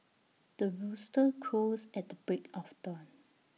the rooster crows at the break of dawn